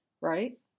right